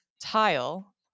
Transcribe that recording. tile